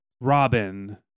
Robin